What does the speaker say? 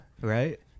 right